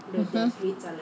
mmhmm